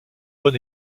bon